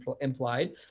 implied